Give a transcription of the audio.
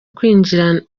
kwinjira